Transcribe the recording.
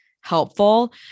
helpful